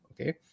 okay